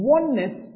Oneness